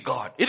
God